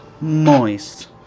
moist